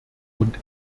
und